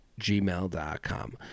gmail.com